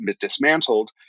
dismantled